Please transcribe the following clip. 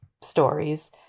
stories